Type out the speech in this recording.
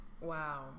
Wow